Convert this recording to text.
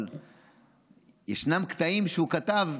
אבל ישנם קטעים שהוא כתב,